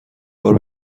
بار